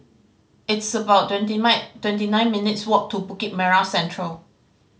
it's about twenty twenty nine minutes' walk to Bukit Merah Central